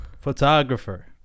Photographer